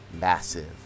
massive